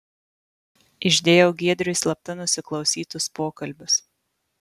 išdėjau giedriui slapta nusiklausytus pokalbius